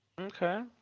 okay